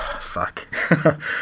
fuck